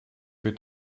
wird